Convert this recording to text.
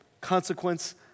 consequence